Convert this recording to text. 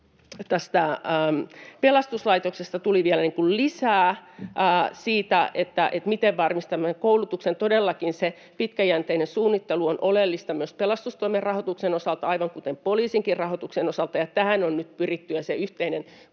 tästä pelastuslaitoksesta. Tuli vielä lisää siitä, miten varmistamme koulutuksen. Todellakin se pitkäjänteinen suunnittelu on oleellista myös pelastustoimen rahoituksen osalta, aivan kuten poliisinkin rahoituksen osalta, ja tähän on nyt pyritty. Poliisin rahoituksen